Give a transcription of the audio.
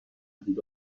بود